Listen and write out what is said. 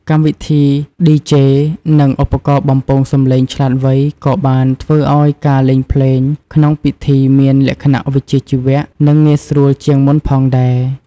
កម្មវិធីឌីជេ និងឧបករណ៍បំពងសម្លេងឆ្លាតវៃក៏បានធ្វើឱ្យការលេងភ្លេងក្នុងពិធីមានលក្ខណៈវិជ្ជាជីវៈ និងងាយស្រួលជាងមុនផងដែរ។